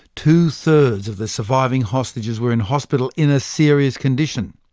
two thirds of the surviving hostages were in hospital in a serious condition.